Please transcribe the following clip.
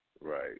Right